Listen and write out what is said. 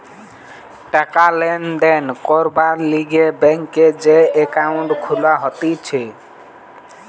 টাকা লেনদেন করবার লিগে ব্যাংকে যে একাউন্ট খুলা হতিছে